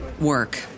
work